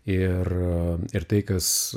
ir ir tai kas